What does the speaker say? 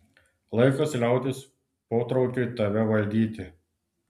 laikas liautis potraukiui tave valdyti